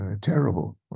terrible